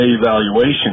evaluation